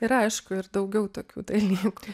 yra aišku ir daugiau tokių dalykų